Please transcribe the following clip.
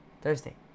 Thursday